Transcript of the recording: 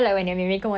but when I went